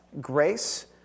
grace